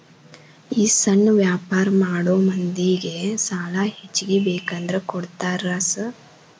ಈ ಸಣ್ಣ ವ್ಯಾಪಾರ ಮಾಡೋ ಮಂದಿಗೆ ಸಾಲ ಹೆಚ್ಚಿಗಿ ಬೇಕಂದ್ರ ಕೊಡ್ತೇರಾ ಸಾರ್?